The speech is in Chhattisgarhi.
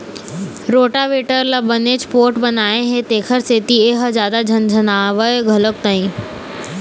रोटावेटर ल बनेच पोठ बनाए हे तेखर सेती ए ह जादा झनझनावय घलोक नई